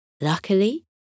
Luckily